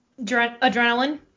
adrenaline